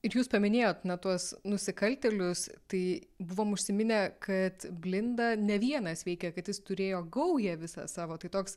ir jūs paminėjot ne tuos nusikaltėlius tai buvom užsiminę kad blinda ne vienas veikė kad jis turėjo gaują visą savo tai toks